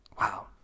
Wow